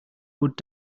good